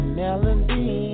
melody